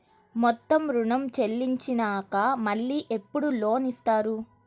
మొత్తం ఋణం చెల్లించినాక మళ్ళీ ఎప్పుడు లోన్ ఇస్తారు?